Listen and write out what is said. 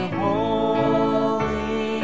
holy